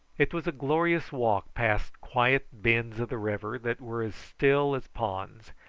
it was a glorious walk past quiet bends of the river that were as still as ponds,